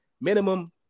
minimum